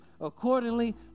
accordingly